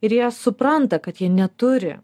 ir jie supranta kad jie neturi